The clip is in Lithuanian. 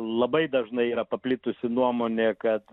labai dažnai yra paplitusi nuomonė kad